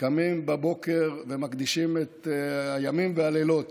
קמים בבוקר ומקדישים ימים ולילות